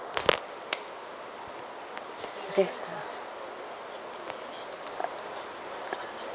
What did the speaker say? okay